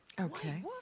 Okay